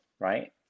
right